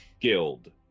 guild